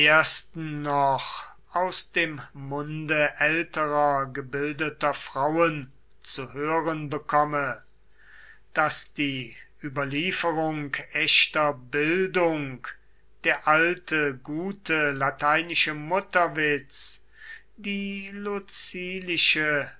noch aus dem munde älterer gebildeter frauen zu hören bekomme daß die überlieferung echter bildung der alte gute lateinische mutterwitz die